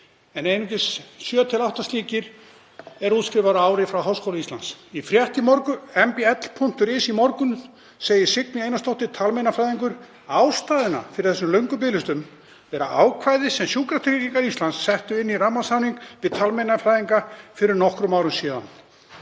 en einungis 7–8 slíkir eru útskrifaðir á ári frá Háskóla Íslands. Í frétt mbl.is í morgun segir Signý Einarsdóttir talmeinafræðingur að ástæðan fyrir þessum löngum biðlistum sé ákvæði sem Sjúkratryggingar Íslands settu inn í rammasamning við talmeinafræðinga fyrir nokkrum árum.